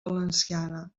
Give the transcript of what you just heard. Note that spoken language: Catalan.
valenciana